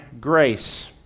grace